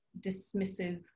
dismissive